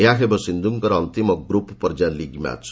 ଏହା ହେବ ସିନ୍ଧୁଙ୍କର ଅନ୍ତିମ ଗ୍ରପ୍ ପର୍ଯ୍ୟାୟ ଲିଗ୍ ମ୍ୟାଚ୍